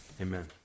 Amen